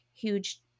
huge